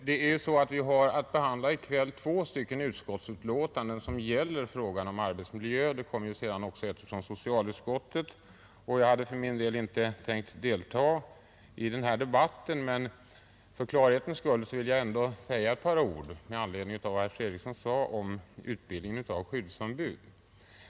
Fru talman! Vi har att i kväll behandla två utskottsbetänkanden som båda gäller arbetsmiljön — det kommer sedan ett betänkande från socialutskottet också. För min del hade jag inte tänkt delta i den här debatten, men för klarhetens skull vill jag ändå säga ett par ord med anledning av vad herr Fredriksson sade om utbildningen av skyddsom bud.